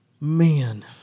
Man